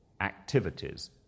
activities